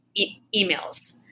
emails